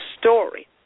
story